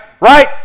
Right